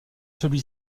celui